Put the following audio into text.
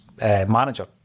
manager